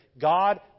God